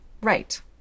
Right